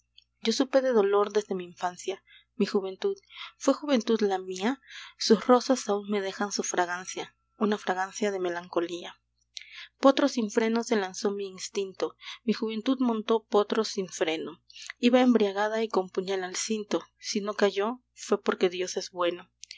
yo supe de dolor desde mi infancia mi juventud fué juventud la mía sus rosas aun me dejan su fragancia una fragancia de melancolía potro sin freno se lanzó mi instinto mi juventud montó potro sin freno iba embriagada y con puñal al cinto si no cayó fué porque dios es bueno